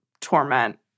torment